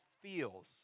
feels